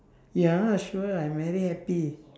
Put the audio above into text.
ya sure I'm very happy